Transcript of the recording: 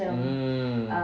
mm